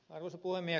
arvoisa puhemies